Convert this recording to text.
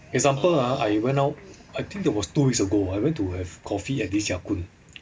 example ah I went out I think there was two weeks ago I went to have coffee at this ya kun